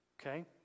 okay